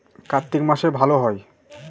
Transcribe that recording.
কার্তিক মাসে ভালো হয়?